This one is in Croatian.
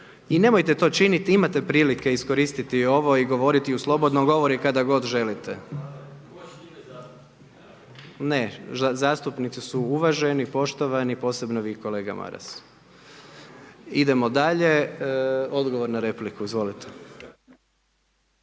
I nemojte to činiti, imate prilike iskoristiti ovo i govoriti i u slobodnom govoru i kada god želite. …/Upadica se ne čuje./… Ne, zastupnici su uvaženi, poštovani, posebno vi kolega Maras. Idemo dalje, odgovor na repliku. Izvolite.